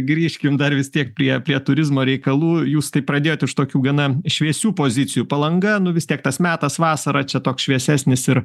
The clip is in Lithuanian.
grįžkim dar vis tiek prie prie turizmo reikalų jūs taip pradėjot iš tokių gana šviesių pozicijų palanga nu vis tiek tas metas vasara čia toks šviesesnis ir